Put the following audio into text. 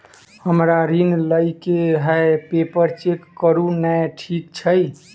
हमरा ऋण लई केँ हय पेपर चेक करू नै ठीक छई?